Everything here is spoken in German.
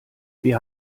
wir